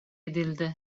edildi